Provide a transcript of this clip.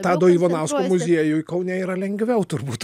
tado ivanausko muziejui kaune yra lengviau turbūt